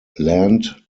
land